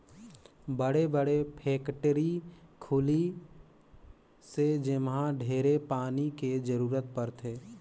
बड़े बड़े फेकटरी खुली से जेम्हा ढेरे पानी के जरूरत परथे